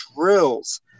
drills